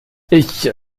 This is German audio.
ich